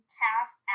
cast